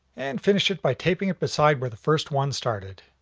and finish it by taping it beside where the first one started.